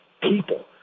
people